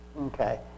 Okay